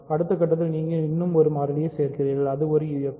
அடுத்த கட்டத்தில் நீங்கள் இன்னும் ஒரு மாறியைச் சேர்க்கிறீர்கள் அது ஒரு UFD